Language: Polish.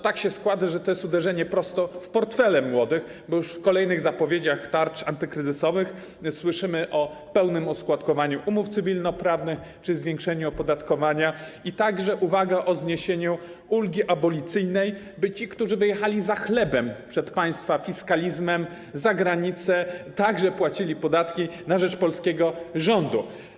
Tak się składa, że jest to uderzenie prosto w portfele młodych - w kolejnych zapowiedziach tarcz antykryzysowych słyszymy o pełnym oskładkowaniu umów cywilnoprawnych, zwiększeniu opodatkowania, a także - uwaga - zniesieniu ulgi abolicyjnej, by ci, którzy wyjechali za chlebem, chroniąc się przed państwa fiskalizmem za granicą, również płacili podatki na rzecz polskiego rządu.